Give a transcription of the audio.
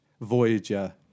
Voyager